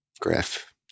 Griff